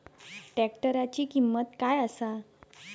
ट्रॅक्टराची किंमत काय आसा?